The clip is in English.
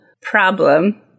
problem